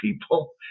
people